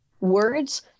words